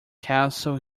castle